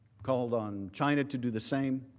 called on china to do the same